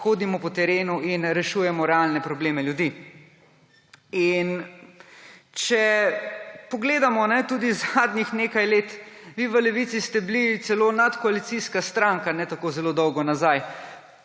hodimo po terenu in rešujemo realne probleme ljudi. Če pogledamo zadnjih nekaj let, vi v Levici ste bili ne tako zelo dolgo nazaj